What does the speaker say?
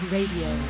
Radio